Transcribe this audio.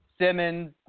Simmons